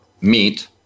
meat